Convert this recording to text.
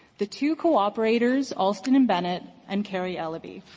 the two corroborators, alston and bennett and carrie eleby.